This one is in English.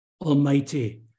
Almighty